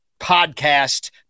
podcast